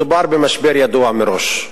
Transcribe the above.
מדובר במשבר ידוע מראש.